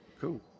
Cool